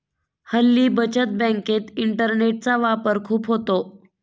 हल्ली बचत बँकेत इंटरनेटचा वापर खूप होतो